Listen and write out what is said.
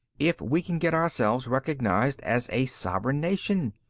if we can get ourselves recognized as a sovereign nation.